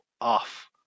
off